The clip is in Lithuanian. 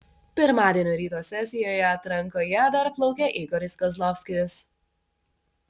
pirmadienio ryto sesijoje atrankoje dar plaukė igoris kozlovskis